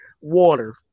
Water